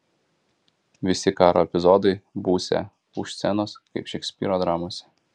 visi karo epizodai būsią už scenos kaip šekspyro dramose